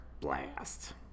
Blast